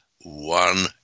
one